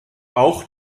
auch